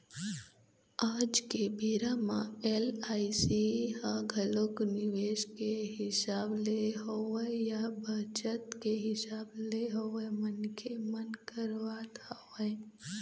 आज के बेरा म एल.आई.सी ह घलोक निवेस के हिसाब ले होवय या बचत के हिसाब ले होवय मनखे मन करवात हवँय